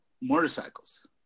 motorcycles